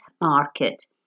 market